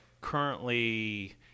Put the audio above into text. currently